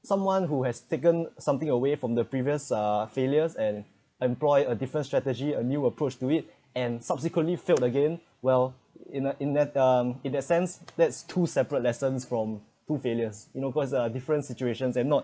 someone who has taken something away from the previous uh failures and employ a different strategy a new approach to it and subsequently filled again well in uh in that um in that sense that's two separate lessons from two failures you know cause a different situations and not